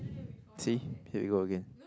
see here we go again